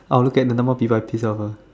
I'll look at the number of people I pissed off ah